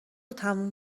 تموم